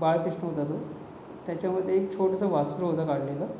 बाळकृष्ण होता तो त्याच्यामध्ये एक छोटसं वासरू होतं काढलेलं